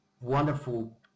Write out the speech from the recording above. wonderful